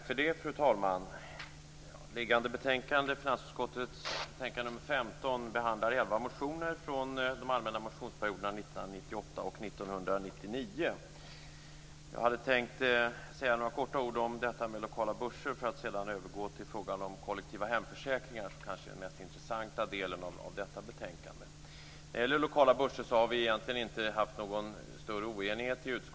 Fru talman! I föreliggande betänkande nr 15 från finansutskottet behandlas elva motioner från de allmänna motionsperioderna 1998 och 1999. Jag hade helt kort tänkt säga några ord om detta med lokala börser för att sedan övergå till frågan om kollektiva hemförsäkringar, som kanske är den mest intressanta delen av detta betänkande. När det gäller lokala börser har det egentligen inte varit någon större oenighet i utskottet.